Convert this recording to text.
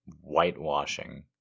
whitewashing